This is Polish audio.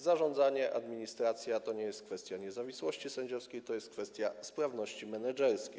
Zarządzanie, administracja to nie jest kwestia niezawisłości sędziowskiej, to jest kwestia sprawności menedżerskiej.